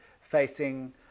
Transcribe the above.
facing